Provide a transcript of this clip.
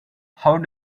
how